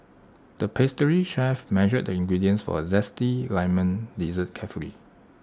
the pastry chef measured the ingredients for A Zesty Lemon Dessert carefully